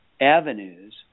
avenues